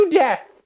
death